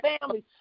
families